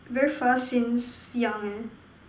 very fast since young eh